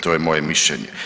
To je moje mišljenje.